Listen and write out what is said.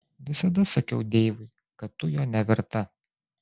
visada sakiau deivui kad tu jo neverta